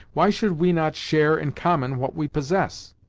why should we not share in common what we possess?